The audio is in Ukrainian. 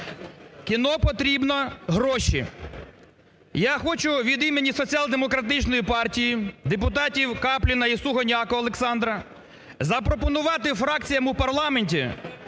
Кіно потрібні гроші. Я хочу від імені Соціал-демократичної партії, депутатів Капліна і Сугоняко Олександра запропонувати фракціям у парламенті